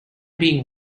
being